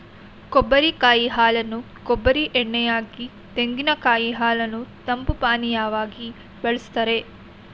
ಕೊಬ್ಬರಿ ಕಾಯಿ ಹಾಲನ್ನು ಕೊಬ್ಬರಿ ಎಣ್ಣೆ ಯಾಗಿ, ತೆಂಗಿನಕಾಯಿ ಹಾಲನ್ನು ತಂಪು ಪಾನೀಯವಾಗಿ ಬಳ್ಸತ್ತರೆ